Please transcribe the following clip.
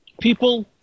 people